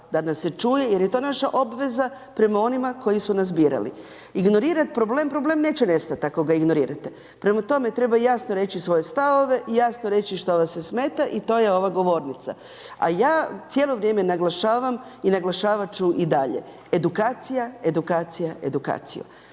da nas se čuje jer je to naša obveza prema onima koji su nas birali. Ignorirat problem, problem neće nestat ako ga ignorirate. Prema tome, treba jasno reći svoje stavove i jasno reći što vas smeta i to to je ova govornica. A ja cijelo vrijeme naglašavam i naglašavat ću i dalje edukacija, edukacija, edukacija.